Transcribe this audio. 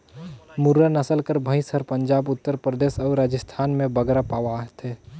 मुर्रा नसल कर भंइस हर पंजाब, उत्तर परदेस अउ राजिस्थान में बगरा पवाथे